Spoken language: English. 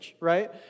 right